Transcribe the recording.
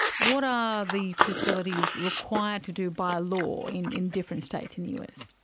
what are the facilities required to do by law in in different states in the us?